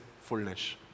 fullness